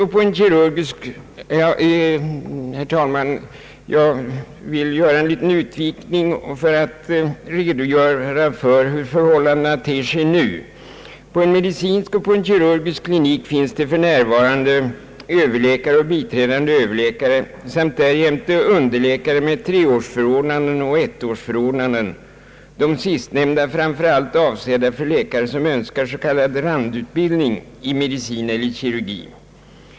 Herr talman, jag vill göra en liten utvikning för att redogöra för hur förhållandena ter sig nu. På medicinsk och kirurgisk klinik finns för närvarande överläkare och biträdande överläkare samt därjämte underläkare med treårsförordnanden och ettårsförordnanden — det sista för läkare som önskar s.k. randutbildning i medicin eller kirurgi.